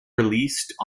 released